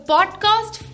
Podcast